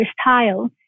style